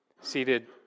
seated